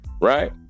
right